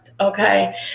Okay